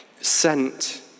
scent